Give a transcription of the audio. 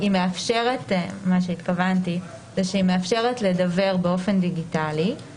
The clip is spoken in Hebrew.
יש מספר תשובות פרטניות לגבי צרכים שהועלו מהשלטון המקומי.